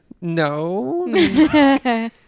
no